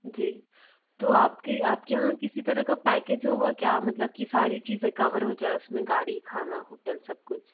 जी तो आप की आप के यहाँ किसी तरह का पैकेज होगा क्या मतलब कि सारी चीज़ें कवर हो जाए उस में गाड़ी खाना होटल सब कुछ